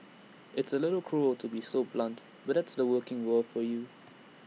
it's A little cruel to be so blunt but that's the working world for you